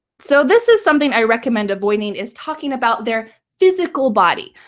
so this is something i recommend avoiding is talking about their physical body.